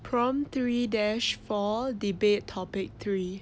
prompt three dash four debate topic three